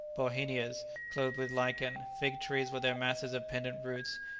bauhinias clothed with lichen, fig-trees with their masses of pendant roots,